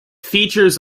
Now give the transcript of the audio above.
features